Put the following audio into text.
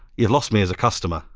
you've lost me as a customer.